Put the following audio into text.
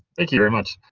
thank you very much,